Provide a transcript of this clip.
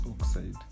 oxide